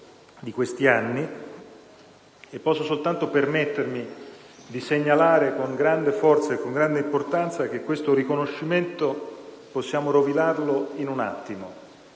di questi anni. E posso soltanto permettermi di segnalare con grande forza che questo riconoscimento possiamo rovinarlo in un attimo: